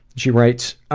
she writes,